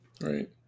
right